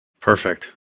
Perfect